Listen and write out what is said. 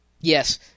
Yes